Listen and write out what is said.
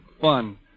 Fun